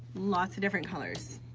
lots of different colors.